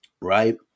Right